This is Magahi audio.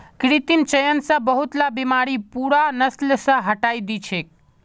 कृत्रिम चयन स बहुतला बीमारि पूरा नस्ल स हटई दी छेक